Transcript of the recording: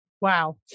Wow